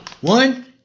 One